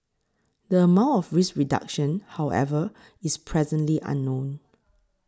the amount of risk reduction however is presently unknown